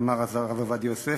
אמר הרב עובדיה יוסף.